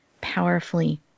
powerfully